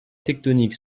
tectoniques